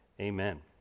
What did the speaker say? Amen